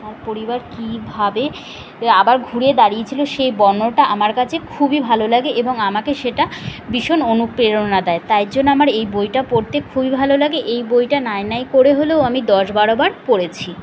তার পরিবার কীভাবে আবার ঘুরে দাঁড়িয়েছিলো সেই বর্ণনাটা আমার কাছে খুবই ভালো লাগে এবং আমাকে সেটা বীষণ অনুপ্রেরণা দেয় তাই জন্য আমার এই বইটা পড়তে খুবই ভালো লাগে এই বইটা নয় নয় করে হলেও আমি দশ বারো বার পড়েছি